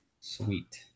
sweet